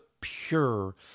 pure